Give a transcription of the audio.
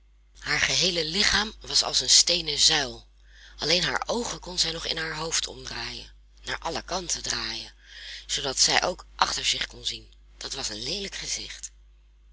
haar geheele lichaam was als een steenen zuil alleen haar oogen kon zij nog in haar hoofd omdraaien naar alle kanten heen draaien zoodat zij ook achter zich kon zien dat was een leelijk gezicht